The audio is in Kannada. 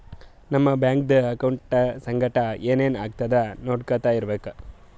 ನಮ್ ಬ್ಯಾಂಕ್ದು ಅಕೌಂಟ್ ಸಂಗಟ್ ಏನ್ ಏನ್ ಆತುದ್ ನೊಡ್ಕೊತಾ ಇರ್ಬೇಕ